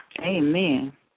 Amen